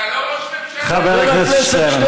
אתה לא ראש ממשלה, חבר הכנסת שטרן.